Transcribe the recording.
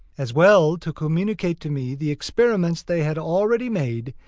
as well to communicate to me the experiments they had already made,